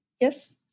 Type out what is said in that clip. Yes